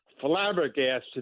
flabbergasted